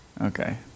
Okay